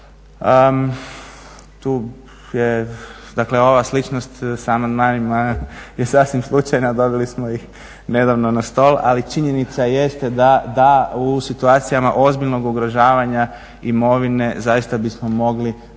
imovine. Ova sličnost s amandmanima je sasvim slučajna, dobili smo ih nedavno na stol, ali činjenica jeste da u situacijama ozbiljnog ugrožavanja imovine zaista bismo mogli